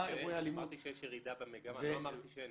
אמרתי שיש ירידה במגמה, לא אמרתי שאין.